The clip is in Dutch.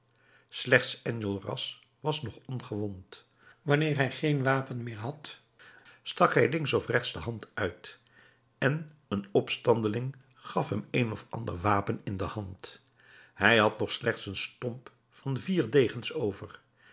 slechts enjolras was nog ongewond wanneer hij geen wapen meer had stak hij links of rechts de hand uit en een opstandeling gaf hem een of ander wapen in de hand hij had nog slechts een stomp van vier degens over